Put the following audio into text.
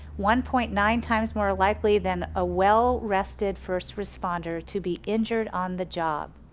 one point nine times more likely than a well rested first responder to be injured on the job.